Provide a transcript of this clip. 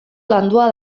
landua